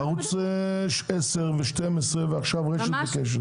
לערוץ 10 ו-12 ועכשיו רשת וקשת.